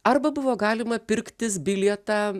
arba buvo galima pirktis bilietą